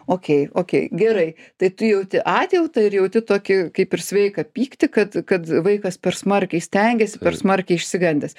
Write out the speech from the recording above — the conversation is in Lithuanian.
okei okei gerai tai tu jauti atjautą ir jauti tokį kaip ir sveiką pyktį kad kad vaikas per smarkiai stengiasi per smarkiai išsigandęs